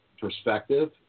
perspective